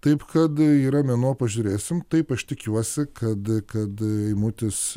taip kad yra mėnuo pažiūrėsim taip aš tikiuosi kad kad eimutis